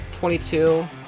22